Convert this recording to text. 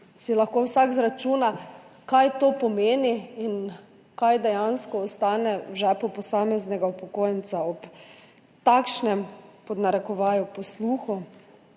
si lahko vsak izračuna, kaj to pomeni in kaj dejansko ostane v žepu posameznega upokojenca ob takšnem, pod narekovaji, posluhu